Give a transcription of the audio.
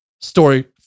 story